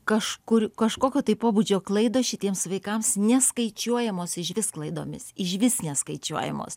kažkur kažkokio tai pobūdžio klaidos šitiems vaikams neskaičiuojamos išvis klaidomis išvis neskaičiuojamos